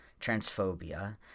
transphobia